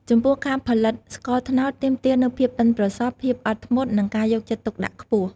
ចំពោះ ការផលិតស្ករត្នោតទាមទារនូវភាពប៉ិនប្រសប់ ភាពអត់ធ្មត់ និងការយកចិត្តទុកដាក់ខ្ពស់។